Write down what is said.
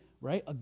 right